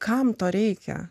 kam to reikia